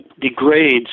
degrades